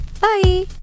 Bye